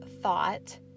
thought